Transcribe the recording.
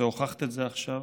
והוכחת את זה עכשיו,